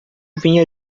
vinha